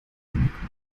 eingekauft